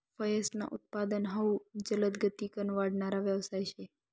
फयेसनं उत्पादन हाउ जलदगतीकन वाढणारा यवसाय शे